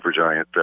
supergiant